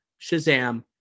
Shazam